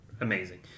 amazing